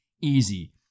easy